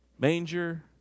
manger